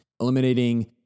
eliminating